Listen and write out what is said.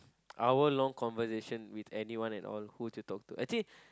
hour long conversation with anyone at all who to talk to actually